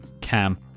Cam